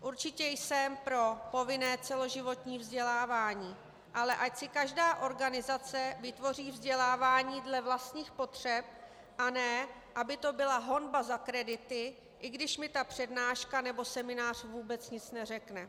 Určitě jsem pro povinné celoživotní vzdělávání, ale ať si každá organizace vytvoří vzdělávání dle vlastních potřeb, a ne aby to byla honba za kredity, i když mi ta přednáška nebo seminář vůbec nic neřekne.